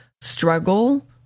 struggle